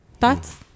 Thoughts